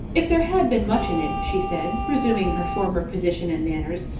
if there had been much in it, she said, resuming her former position and manners,